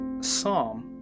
psalm